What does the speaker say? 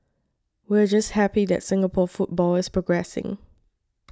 we're just happy that Singapore football is progressing